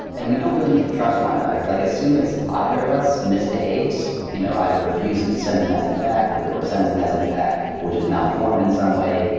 and we don't really need to trust one another. like as soon as either of us misbehaves, you know either refuses to send a message back, or or sends a message back which his malformed in some way,